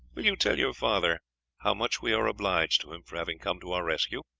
will you tell your father how much we are obliged to him for having come to our rescue.